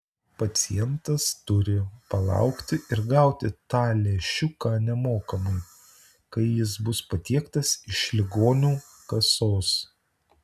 pacientas turi palaukti ir gauti tą lęšiuką nemokamai kai jis bus patiektas iš ligonių kasos